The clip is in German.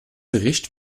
bericht